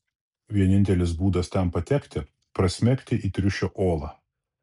vienintelis būdas ten patekti prasmegti į triušio olą